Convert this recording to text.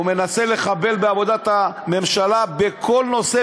הוא מנסה לחבל בעבודת הממשלה בכל נושא,